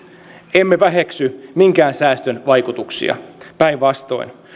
emme väheksy minkään säästön vaikutuksia päinvastoin